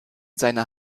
seiner